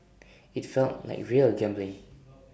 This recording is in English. IT felt like real gambling